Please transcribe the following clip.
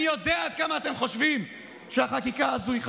אני יודע עד כמה אתם חושבים שהחקיקה הזו היא חשובה.